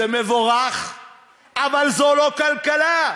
זה מבורך אבל זו לא כלכלה.